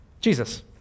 Jesus